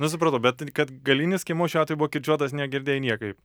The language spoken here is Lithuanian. na supratau bet kad galinis skiemuo šiuo atveju buvo kirčiuotas negirdėjai niekaip